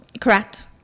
correct